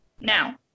Now